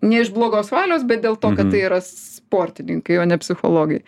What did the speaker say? ne iš blogos valios bet dėl to kad tai yra sportininkai o ne psichologai